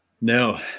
No